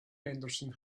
henderson